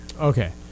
Okay